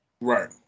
Right